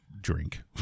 drink